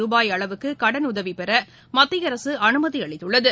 ரூபாய் அளவுக்கு கடனுதவி பெற மத்திய அரசு அனுமதி அளித்துள்ளது